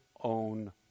own